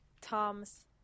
Tom's